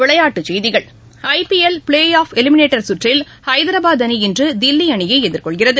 விளையாட்டுச் செய்கிகள் IPL playoff eliminator சுற்றில் ஐதராபாத் அணி இன்று தில்லி அணியை எதிர்கொள்கிறது